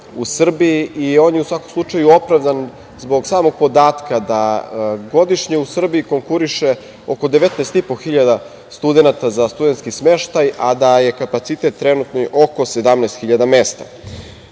On je u svakom slučaju opravdan zbog samog podatka da godišnje u Srbiji konkuriše oko 19.500 studenata za studentski smeštaj, a da je kapacitet trenutni oko 17.000